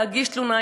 להגיש תלונה,